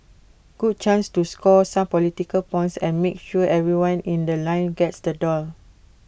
good chance to score some political points and make sure everyone in The Line gets the doll